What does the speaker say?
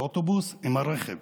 האוטובוס עם הרכב.